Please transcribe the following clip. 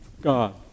God